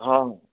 ହଁ